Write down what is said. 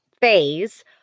phase